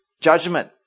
judgment